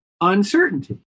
uncertainty